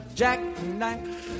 jackknife